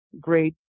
great